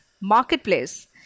marketplace